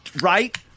right